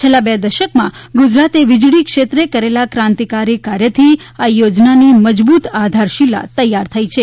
છેલ્લા બે દશકમાં ગુજરાતે વિજળી ક્ષેત્રે કરેલા ક્રાંતિકારી કાર્યથી આ યોજનાની મજબૂત આધારશીલા તૈયાર થઇ છે